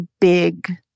big